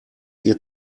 ihr